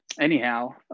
anyhow